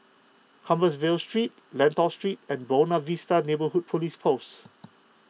Compassvale Street Lentor Street and Buona Vista Neighbourhood Police Post